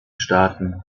staaten